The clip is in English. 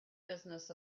business